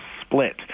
split